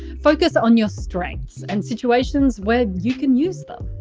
focus on your strengths and situations where you can use them.